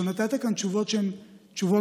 נתת כאן תשובות יפות,